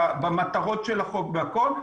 במטרות של החוק והכול,